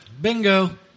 Bingo